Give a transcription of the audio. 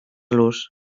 los